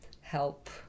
help